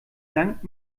sankt